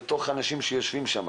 לאנשים שיושבים שם.